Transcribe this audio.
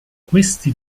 questi